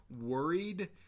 worried